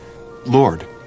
Lord